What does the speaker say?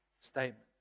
statement